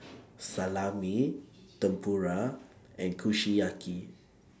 Salami Tempura and Kushiyaki